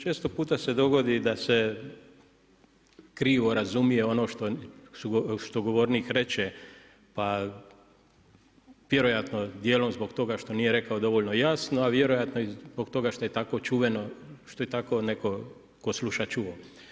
Često puta se dogodi da se krivo razumije ono što govornik reče, pa vjerojatno dijelom zbog toga što nije rekao dovoljno jasno, a vjerojatno i zbog toga što je tako čuveno, što je tako netko tko sluša čuo.